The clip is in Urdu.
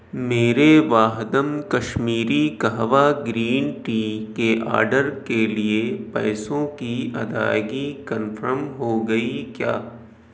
میرے واہدم کشمیری قہوہ گرین ٹی کے آرڈر کے لیے پیسوں کی ادائیگی کنفرم ہو گئی کیا